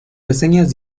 reseñas